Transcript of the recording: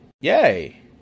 yay